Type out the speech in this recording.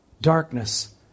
darkness